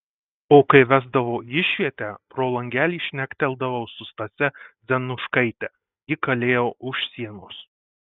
o kai vesdavo į išvietę pro langelį šnekteldavau su stase dzenuškaite ji kalėjo už sienos